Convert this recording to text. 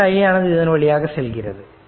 current i ஆனது இதன் வழியாக செல்கிறது